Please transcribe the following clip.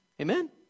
Amen